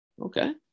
okay